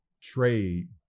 trade